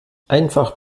einfach